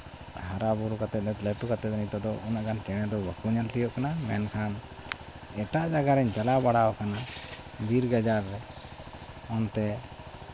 ᱦᱟᱨᱟᱼᱵᱩᱨᱩ ᱠᱟᱛᱮᱫ ᱞᱟᱹᱴᱩ ᱠᱟᱛᱮᱫ ᱫᱚ ᱱᱤᱛᱚᱜ ᱫᱚ ᱩᱱᱟᱹᱜ ᱜᱟᱱ ᱪᱮᱬᱮ ᱫᱚ ᱵᱟᱠᱚ ᱧᱮᱞ ᱴᱷᱤᱠᱟᱹᱜ ᱠᱟᱱᱟ ᱢᱮᱱᱠᱷᱟᱱ ᱮᱴᱟᱜ ᱡᱟᱭᱜᱟ ᱨᱤᱧ ᱪᱟᱞᱟᱣ ᱵᱟᱲᱟ ᱠᱟᱱᱟ ᱵᱤᱨ ᱜᱟᱡᱟᱲ ᱨᱮ ᱚᱱᱛᱮ